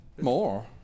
More